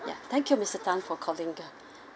ya thank you mister tan for calling